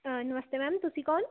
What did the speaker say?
ਨਮਸਤੇ ma'am ਤੁਸੀਂ ਕੌਣ